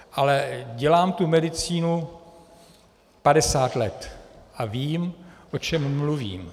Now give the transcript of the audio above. Ale dělám medicínu padesát let a vím, o čem mluvím.